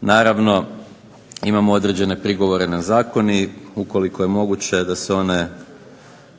naravno imamo određene prigovore na zakon i ukoliko je moguće da se one